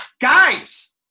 guys